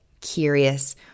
curious